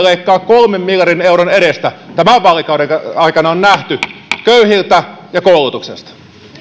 leikkaavat kolmen miljardin euron edestä tämän vaalikauden aikana se on nähty köyhiltä ja koulutuksesta